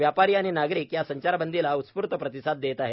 व्यापारी आणि नागरिक या संचारबंदीला उत्स्फूर्त प्रतिसाद देत आहेत